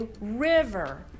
river